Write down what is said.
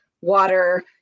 water